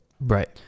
Right